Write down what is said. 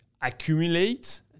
accumulate